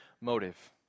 Motive